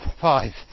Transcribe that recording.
Five